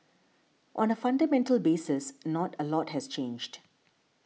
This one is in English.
on a fundamental basis not a lot has changed